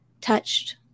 touched